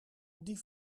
die